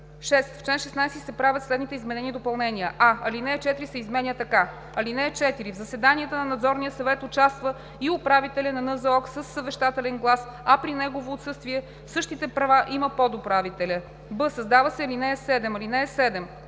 6. В чл. 16 се правят следните изменения и допълнения: а) ал. 4 се изменя така: „(4) В заседанията на Надзорния съвет участва и управителят на НЗОК със съвещателен глас, а при негово отсъствие същите права има подуправителят.“ б) създава се ал. 7: „(7)